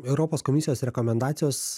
europos komisijos rekomendacijos